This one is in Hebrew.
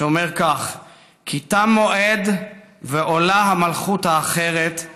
שאומר כך: "כי תם מועד ועולה המלכות האחרת /